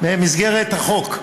במסגרת החוק.